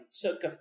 took